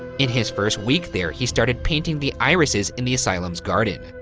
in his first week there, he started painting the irises in the asylum's garden.